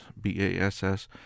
B-A-S-S